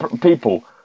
people